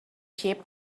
sheep